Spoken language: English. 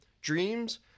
Dreams